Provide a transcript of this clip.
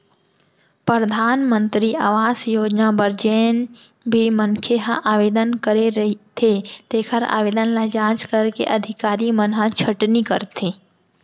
परधानमंतरी आवास योजना बर जेन भी मनखे ह आवेदन करे रहिथे तेखर आवेदन ल जांच करके अधिकारी मन ह छटनी करथे